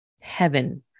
heaven